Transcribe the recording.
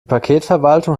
paketverwaltung